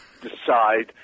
decide